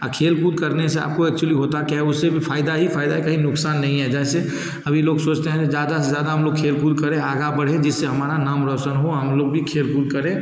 और खेल कूद करने से आपको एक्चुली होता क्या है उससे भी फ़ायदा ही फ़ायदा कहीं नुक्सान नहीं है जैसे अभी लोग सोचते हैं ज़्यादा से ज़्यादा हम लोग खेल कूद करें आगा बढें जिससे हमारा नाम रौशन हो हम लोग भी खेल कूद करें